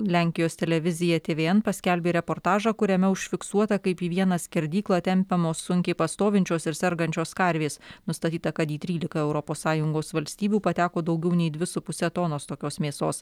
lenkijos televizija tvn paskelbė reportažą kuriame užfiksuota kaip į vieną skerdyklą tempiamos sunkiai pastovinčios ir sergančios karvės nustatyta kad į trylika europos sąjungos valstybių pateko daugiau nei dvi su puse tonos tokios mėsos